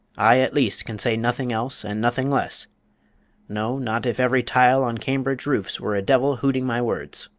i at least can say nothing else and nothing less no not if every tile on cambridge roofs were a devil hooting my words!